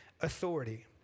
authority